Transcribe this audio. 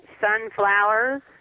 sunflowers